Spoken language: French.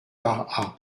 par